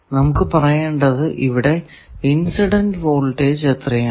നമുക്ക് പറയേണ്ടത് ഇവിടെ ഇൻസിഡന്റ് വോൾടേജ് എത്രയാണ്